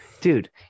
Dude